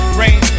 rain